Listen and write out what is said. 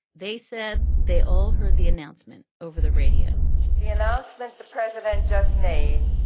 they said they all heard the announcement over the radio they announce that the president just made